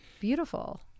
beautiful